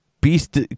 Beast